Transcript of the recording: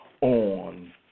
on